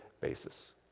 basis